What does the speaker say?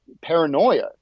paranoia